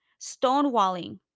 stonewalling